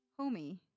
homie